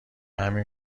همین